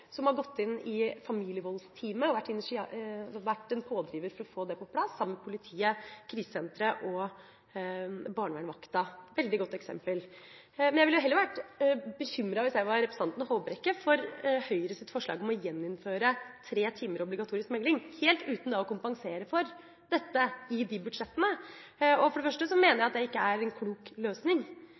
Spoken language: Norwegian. som har gått inn i familievoldsteamet og vært en pådriver for å få det på plass, sammen med politiet, krisesenteret og barnevernsvakten. Et veldig godt eksempel! Jeg ville heller, hvis jeg var representanten Håbrekke, vært bekymret for Høyres forslag om å gjeninnføre tre timer obligatorisk megling, helt uten å kompensere for dette i budsjettene. For det første mener jeg at det ikke er en klok løsning.